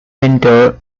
winter